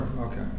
Okay